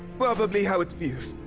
p-probably how it feels.